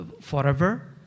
forever